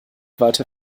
weiter